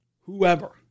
whoever